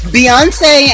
Beyonce